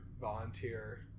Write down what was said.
volunteer